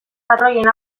patroien